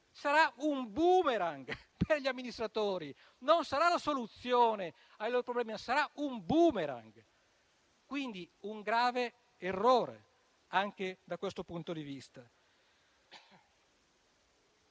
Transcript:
stato un *boomerang* per gli amministratori. Non sarà la soluzione ai loro problemi, ma un *boomerang*, quindi è un grave errore anche da questo punto di vista.